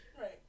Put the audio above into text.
Right